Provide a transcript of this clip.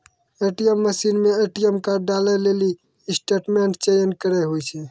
ATM मशीनो मे ATM card डालै लेली स्टेटमेंट चयन करे होय छै